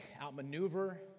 outmaneuver